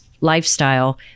lifestyle